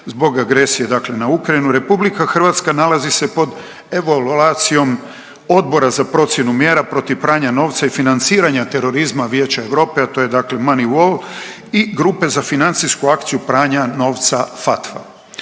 zbog agresije dakle na Ukrajinu, RH nalazi se pod evaluacijom Odbora za procjenu mjera protiv pranja novca i financiranja terorizma Vijeća Europe, a to je dakle MONEYVAL i grupe za financijsku akciju pranja novca FATFA.